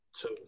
two